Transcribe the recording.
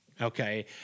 okay